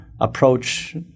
approach